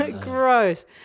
Gross